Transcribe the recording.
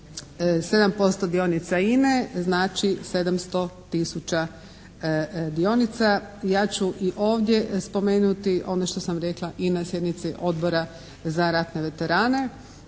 7% dionica INA-e znači 700 tisuća dionica. Ja ću i ovdje spomenuti ono što sam rekla i na sjednici Odbora za ratne veterane